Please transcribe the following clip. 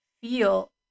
feel